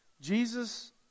Jesus